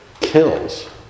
kills